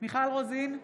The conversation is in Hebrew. מיכל רוזין,